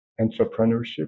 entrepreneurship